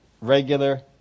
regular